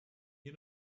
you